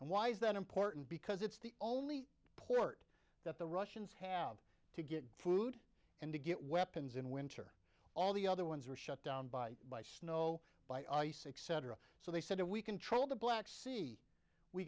and why is that important because it's the only port that the russians have to get food and to get weapons in winter all the other ones were shut down by by snow by ice six cetera so they said if we control the black